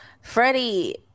Freddie